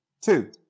Two